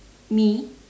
me